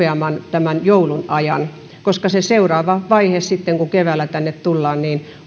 tämän joulun ajan koska se seuraava vaihe sitten kun keväällä tänne tullaan